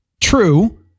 True